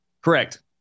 Correct